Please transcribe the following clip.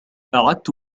أعدت